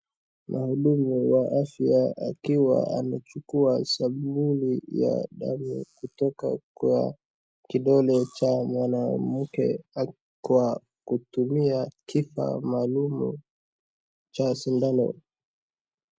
Mhudumu wa afya akiwa anachukua sampuli ya damu kutoka kwa kidole cha mwanamke kwa kutumia kifaa maalum cha sindano.